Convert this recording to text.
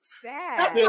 sad